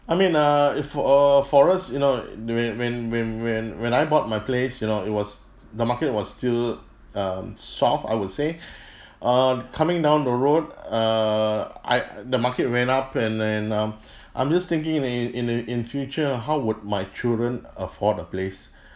I mean err if uh for us you know when when when when when I bought my place you know it was the market was still um soft I would say err coming down the road err I the market went up and and um I'm just thinking in a in a in future how would my children afford a place